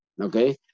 Okay